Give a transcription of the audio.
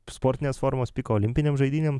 sportinės formos piko olimpinėm žaidynėm